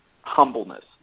humbleness